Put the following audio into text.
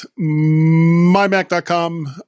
mymac.com